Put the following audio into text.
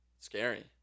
scary